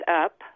up